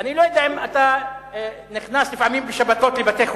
אני לא יודע אם לפעמים אתה נכנס בשבתות לבתי-חולים.